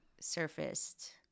surfaced